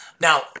Now